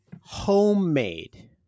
Homemade